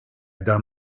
done